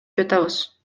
жатабыз